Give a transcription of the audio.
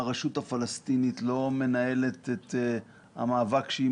הרשות הפלסטינית לא מנהלת את המאבק שהיא